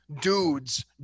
dudes